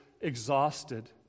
exhausted